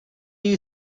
you